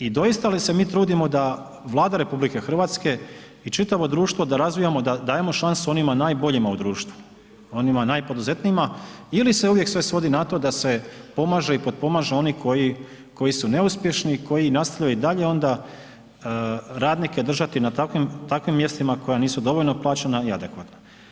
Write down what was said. I doista se mi trudimo da Vlada RH i čitavo društvo da razvijamo, da dajemo šansu onima najboljima u društvu, onima najpoduzetnijima ili se uvijek sve svodi na to da se pomaže i potpomaže oni koji su neuspješni i koji nastavljaju i dalje onda radnike držati na takvim mjestima koja nisu dovoljno plaćena i adekvatna.